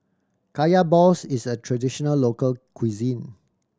Kaya balls is a traditional local cuisine